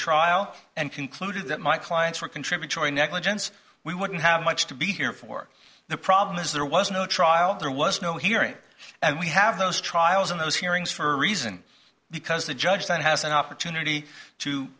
trial and concluded that my clients were contributory negligence we wouldn't have much to be here for the problem is there was no trial there was no hearing and we have those trials in those hearings for a reason because the judge then has an opportunity to